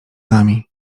nami